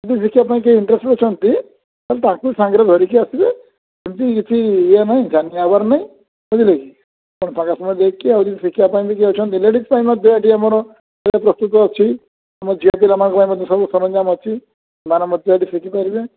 ଯଦି ଶିଖିବା ପାଇଁ କେହି ଇଣ୍ଟରେଷ୍ଟେଡ୍ ଅଛନ୍ତି ତାହେଲେ ତାଙ୍କୁ ସାଙ୍ଗରେ ଧରିକି ଆସିବେ ସେମିତି କିଛି ଇଏ ନାହିଁ ଛାନିଆ ହେବାର ନାହିଁ ବୁଝିଲେ କି ଆପଣଙ୍କ ସାଙ୍ଗ ଫାଙ୍ଗ ଦେଖିକି ଆହୁରି ଶିଖିବା ପାଇଁ ବି କିଏ ଅଛନ୍ତି ଲେଡିସ୍ ପାଇଁ ମଧ୍ୟ ଏଠି ଆମର ପ୍ରସ୍ତୁତ ଅଛି ଆମ ଝିଅ ପିଲାମାନଙ୍କ ପାଇଁ ମଧ୍ୟ ସବୁ ସରଞ୍ଜାମ ଅଛି ସେମାନେ ମଧ୍ୟ ଏଠି ଶିଖି ପାରିବେ